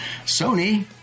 Sony